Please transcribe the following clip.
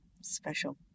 special